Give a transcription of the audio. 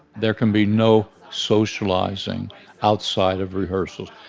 there can be no socializing outside of rehearsal.